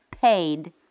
paid